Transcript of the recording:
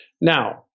Now